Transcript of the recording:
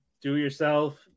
do-it-yourself